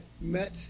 met